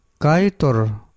Kaitor